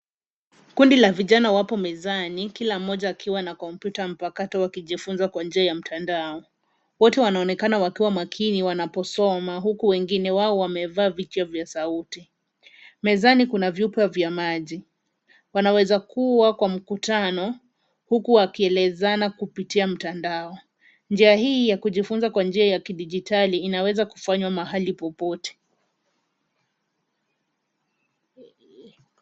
Kundi la vijana wapo mezani kila mmoja akiwa na kompyuta mpakato wakijifunza kwa njia ya mtandao. Wote wanaonekana wakiwa makini wanaposoma huku wengine wao wamevaa vifaa vya sauti. Mezani kuna vyupa vya maji. Wanaweza kuwa kwa mkutano huku wakielezana kupitia mtandao. Njia hii ya kujifunza kwa njia ya kidijitali inaweza kufanywa mahali popote.